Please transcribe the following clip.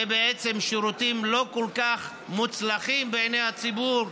ובעצם השירותים לא כל כך מוצלחים בעיני הציבור.